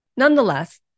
Nonetheless